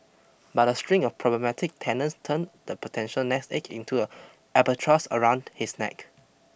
but a string of problematic tenants turned the potential nest egg into an albatross around his neck